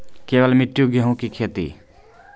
केवल मिट्टी गेहूँ की खेती?